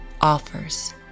offers